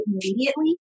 immediately